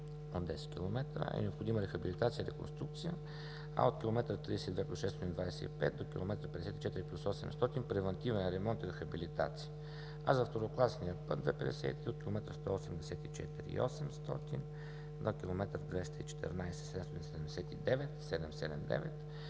е необходима рехабилитация и реконструкция, а от км 32+625 до км 54+800 превантивен ремонт и рехабилитация. А за второкласния път II-53 от км 184+800 на км 214+779